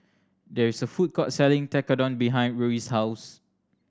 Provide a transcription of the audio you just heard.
there is a food court selling Tekkadon behind Ruie's house